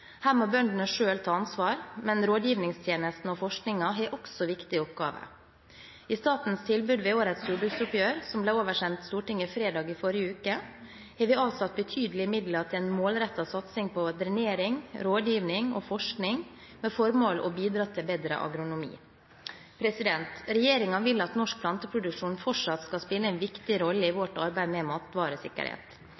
Her må bøndene selv ta ansvar, men rådgivingstjenesten og forskningen har også viktige oppgaver. I statens tilbud ved årets jordbruksoppgjør, som ble oversendt Stortinget fredag i forrige uke, har vi avsatt betydelige midler til en målrettet satsing på drenering, rådgiving og forskning med formål å bidra til bedre agronomi. Regjeringen vil at norsk planteproduksjon fortsatt skal spille en viktig rolle i